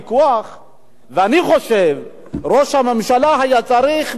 אני חושב שראש הממשלה היה צריך באמת לעמוד